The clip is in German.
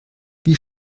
wie